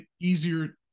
easier